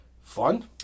fun